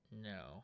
No